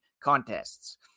contests